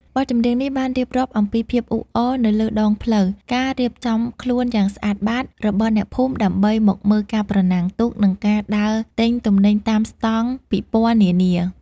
បទចម្រៀងនេះបានរៀបរាប់អំពីភាពអ៊ូអរនៅលើដងផ្លូវ ការរៀបចំខ្លួនយ៉ាងស្អាតបាតរបស់អ្នកភូមិដើម្បីមកមើលការប្រណាំងទូក និងការដើរទិញទំនិញតាមស្តង់ពិព័រណ៍នានា។